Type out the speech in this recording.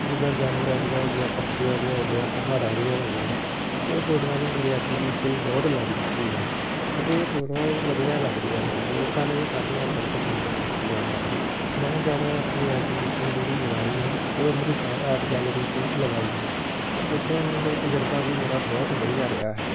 ਜਿੱਦਾਂ ਜਾਨਵਰਾਂ ਦੀਆਂ ਹੋ ਗਈਆਂ ਪੱਕਸ਼ੀਆਂ ਦੀਆਂ ਹੋ ਗਈਆਂ ਪਹਾੜਾਂ ਦੀਆਂ ਹੋ ਗਈਆਂ ਇਹ ਫੋਟੋਆਂ ਦੀ ਮੇਰੀ ਐਗਜ਼ੀਬੀਸ਼ਨ ਬਹੁਤ ਲੱਗ ਚੁੱਕੀ ਹੈ ਅਤੇ ਇਹ ਫੋਟੋਆਂ ਵੀ ਵਧੀਆ ਲੱਗਦੀਆਂ ਹਨ ਲੋਕਾਂ ਨੇ ਵੀ ਕਾਫੀ ਹੱਦ ਤੱਕ ਪਸੰਦ ਕੀਤੀਆਂ ਹਨ ਮੈਂ ਜ਼ਿਆਦਾ ਆਪਣੀ ਐਗਜ਼ੀਬੀਸ਼ਨ ਜਿਹੜੀ ਲਗਾਈ ਹੈ ਉਹ ਅੰਮ੍ਰਿਤਸਰ ਆਰਟ ਗੈਲਰੀ 'ਚ ਲਗਾਈ ਹੈ ਉੱਥੋਂ ਦਾ ਤਜਰਬਾ ਵੀ ਮੇਰਾ ਬਹੁਤ ਵਧੀਆ ਰਿਹਾ ਹੈ